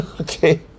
Okay